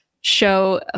show